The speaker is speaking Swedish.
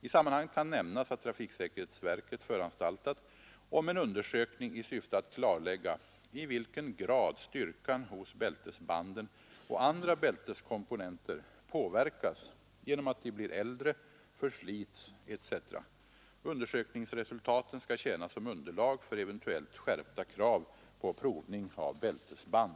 I sammanhanget kan nämnas att trafiksäkerhetsverket föranstaltat om en undersökning i syfte att klarlägga i vilken grad styrkan hos bältesbanden och andra bälteskomponenter påverkas genom att de blir äldre, förslits etc Undersökningsresultaten skall tjäna som underlag för eventuellt skärpta krav på provning av bältesband.